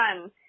fun